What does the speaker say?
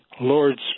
Lord's